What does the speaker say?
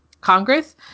Congress